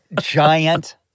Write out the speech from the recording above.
Giant